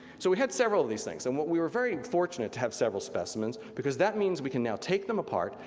so we had several of these things, and we were very fortunate to have several specimens, because that means we can now take them apart,